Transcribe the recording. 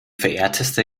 verehrteste